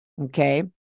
Okay